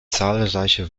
zahlreiche